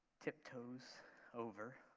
tiptoes over